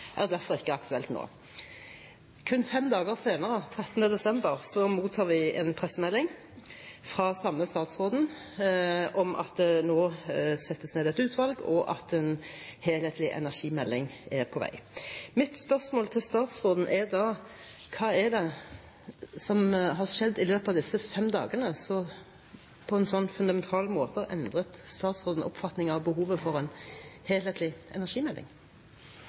er derfor ikke aktuelt nå.» Kun fem dager senere, 13. desember, mottar vi en pressemelding fra samme statsråd om at det nå settes ned et utvalg, og at en helhetlig energimelding er på vei. Mitt spørsmål til statsråden er da: Hva er det som har skjedd i løpet av disse fem dagene, som på en så fundamental måte har endret statsrådens oppfatning av behovet for en helhetlig energimelding?